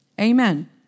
Amen